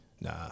nah